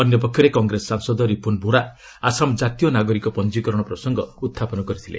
ଅନ୍ୟପକ୍ଷରେ କଂଗ୍ରେସ ସାଂସଦ ରିପୁନ୍ ବୋରା ଆସାମ ଜାତୀୟ ନାଗରିକ ପଞ୍ଜିକରଣ ପ୍ରସଙ୍ଗ ଉତଥାପନ କରିଥିଲେ